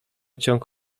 ciąg